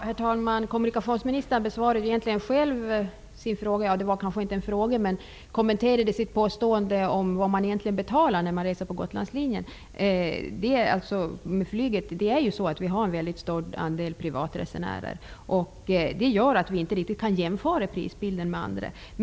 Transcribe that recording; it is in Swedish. Herr talman! Kommunikationsministern kommenterade själv sitt påstående om vad man egentligen betalar när man reser på Gotlandslinjen med flyg. Vi har en stor andel privatresenärer, vilket gör att vi inte riktigt kan jämföra prisbilden med andra destinationer.